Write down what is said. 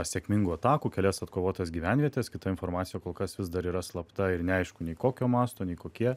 sėkmingų atakų kelias atkovotas gyvenvietes kita informacija kol kas vis dar yra slapta ir neaišku nei kokio masto nei kokie